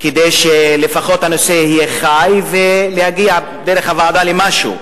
כדי שלפחות הנושא יהיה חי ויגיע דרך הוועדה למשהו.